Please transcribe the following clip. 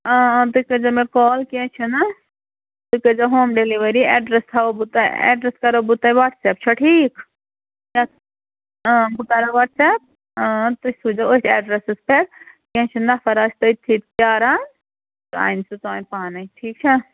تُہۍ کٔرزیو مےٚ کال کیٚنٛہہ چھُنہٕ تُہۍ کٔرزیو ہوم ڈیٚلؤری اٮ۪ڈرٮ۪س تھَاہو بہٕ تۄہہِ اٮ۪ڈرٮ۪س کَرو بہٕ تۄہہِ وَٹٕساٮ۪پ چھا ٹھیٖک بہٕ کَرو وَٹٕساٮ۪پ تُہۍ سوٗزیو ٲتھۍ اٮ۪ڈرَسس پٮ۪ٹھ کیٚنٛہہ چھُ نَفر آسہِ تٔتھۍ پیٛاران سُہ انۍ سُہ ژان پانَے ٹھیٖک چھا